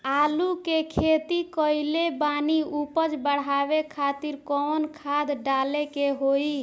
आलू के खेती कइले बानी उपज बढ़ावे खातिर कवन खाद डाले के होई?